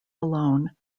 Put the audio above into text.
alone